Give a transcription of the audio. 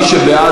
מי שבעד,